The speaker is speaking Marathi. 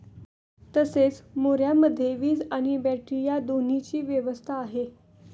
तसेच मोऱ्यामध्ये वीज आणि बॅटरी या दोन्हीची व्यवस्था आहे